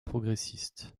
progressistes